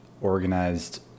organized